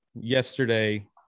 yesterday